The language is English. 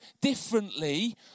differently